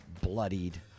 bloodied